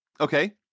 Okay